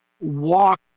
walk